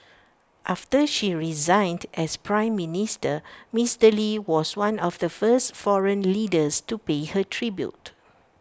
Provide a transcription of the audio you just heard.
after she resigned as Prime Minister Mister lee was one of the first foreign leaders to pay her tribute